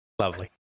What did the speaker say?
lovely